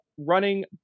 running